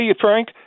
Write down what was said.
Frank